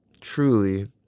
truly